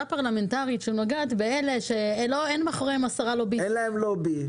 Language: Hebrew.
פרלמנטרית שנוגעת באלה שאין להם לובי,